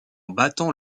battant